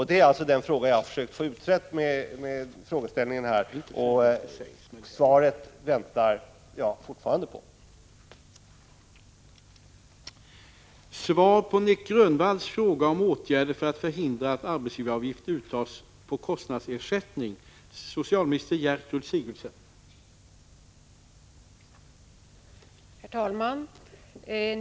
Det är detta jag med min fråga har velat få utrett, och jag väntar fortfarande på svaret.